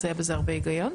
אז היה בזה הרבה היגיון,